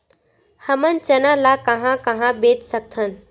हमन चना ल कहां कहा बेच सकथन?